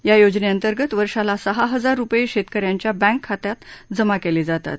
या योजने अंतर्गत वर्षाला सहा हजार रुपये शेतकऱ्यांच्या बँक खात्यात जमा केले जातात